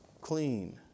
clean